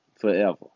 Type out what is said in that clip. forever